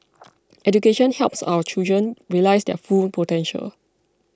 education helps our children realise their full potential